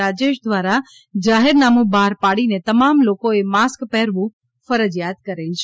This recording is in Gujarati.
રાજેશ દ્વારા જાહેરનામુ બહાર પાડીને તમામ લોકોએ માસ્ક પહેરવું ફરજીયાત કરેલ છે